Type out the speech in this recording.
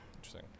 Interesting